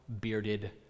bearded